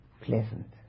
pleasant